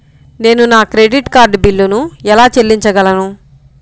నేను నా credit card బిల్లును ఎలా చెల్లించగలను?